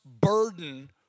burden